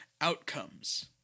outcomes